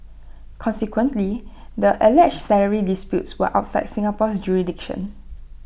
consequently the alleged salary disputes were outside Singapore's jurisdiction